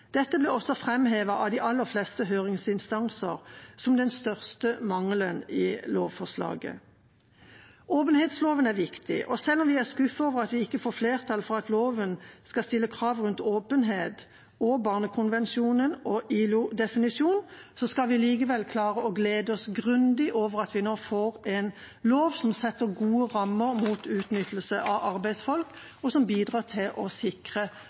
Dette blir også framhevet av de aller fleste høringsinstansene som den største mangelen i lovforslaget. Åpenhetsloven er viktig, og selv om vi er skuffet over at vi ikke får flertall for at loven skal stille krav rundt åpenhet og barnekonvensjonen og ILO-definisjonen, skal vi likevel klare å glede oss grundig over at vi nå får en lov som setter gode rammer mot utnyttelse av arbeidsfolk, og som bidrar til å sikre